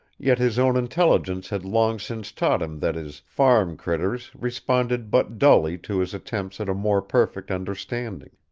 yet his own intelligence had long since taught him that his farm critters responded but dully to his attempts at a more perfect understanding.